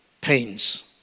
pains